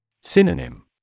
Synonym